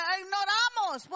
ignoramos